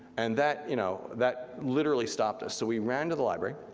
and that, you know, that literally stopped us. so we ran to the library,